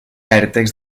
vèrtex